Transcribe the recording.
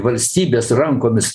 valstybės rankomis